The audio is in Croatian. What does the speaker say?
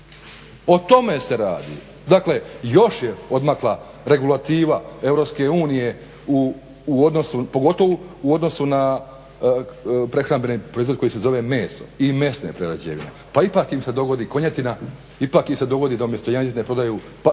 O tome se radi. Dakle još je odmakla regulativa Europske unije u odnosu, pogotovo u odnosu na prehrambeni proizvod koji se zove meso i mesne prerađevine pa ipak im se dogodi konjetina, ipak im se dogodi da umjesto janjetine prodaju